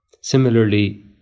Similarly